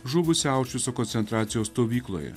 žuvusi aušvico koncentracijos stovykloje